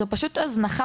זאת פשוט הזנחה.